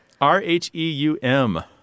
R-H-E-U-M